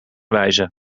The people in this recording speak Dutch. wijze